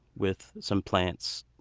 with some plants,